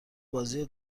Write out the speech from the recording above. بازی